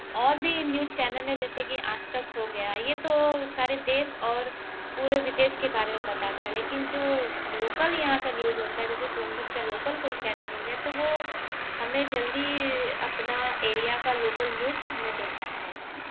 और भी news channel हैं जैसे कि आज तक हो गया ये तो सारे देश और पूरे विदेश के बारे में बताता है लेकिन जो लोकल यहाँ का न्यूज़ होता है जैसे सोनभद्र का लोकल कोई चैनल हो गया तो वो हमें जल्दी अपना एरिया का लोकल न्यूज हमें देता है